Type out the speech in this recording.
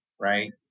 right